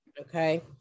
Okay